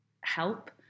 help